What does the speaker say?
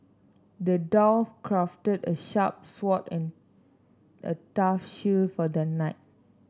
the dwarf crafted a sharp sword and a tough shield for the knight